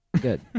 Good